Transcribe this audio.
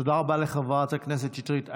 תודה רבה לחברת הכנסת שטרית.